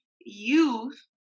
youth